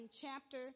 chapter